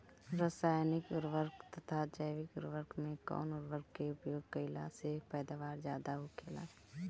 रसायनिक उर्वरक तथा जैविक उर्वरक में कउन उर्वरक के उपयोग कइला से पैदावार ज्यादा होखेला?